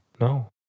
No